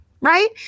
right